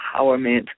empowerment